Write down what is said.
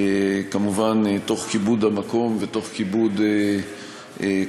כמובן תוך כיבוד המקום ותוך כיבוד כל